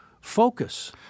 focus